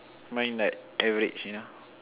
mine like average you know